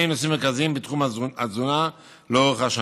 נושאים מרכזיים בתחום התזונה לאורך השנה.